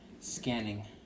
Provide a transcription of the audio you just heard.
scanning